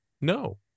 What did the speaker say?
No